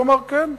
הוא אמר: כן.